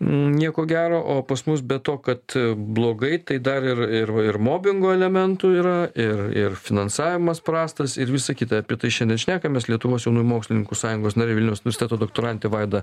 nieko gero o pas mus be to kad blogai tai dar ir ir va ir mobingo elementų yra ir ir finansavimas prastas ir visa kita apie tai šiandien šnekamės lietuvos jaunųjų mokslininkų sąjungos narė vilniaus universiteto doktorantė vaida